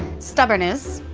stubbornness,